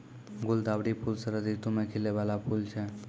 गुलदावरी फूल शरद ऋतु मे खिलै बाला फूल छै